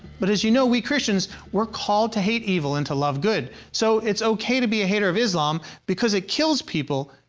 but, as you know, we christians we're called to hate evil and to love good. so, it's okay to be a hater of islam because it kills people,